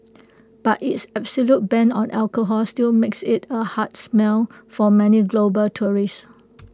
but its absolute ban on alcohol still makes IT A hard smell for many global tourists